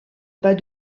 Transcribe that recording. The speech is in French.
pas